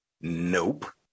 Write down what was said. Nope